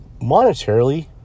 monetarily